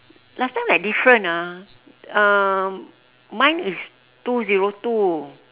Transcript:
last time like different ah uh mine is two zero two